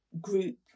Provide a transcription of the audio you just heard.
group